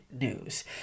news